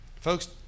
Folks